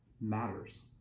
matters